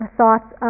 thoughts